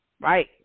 right